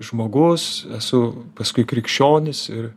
žmogus esu paskui krikščionis ir